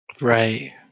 Right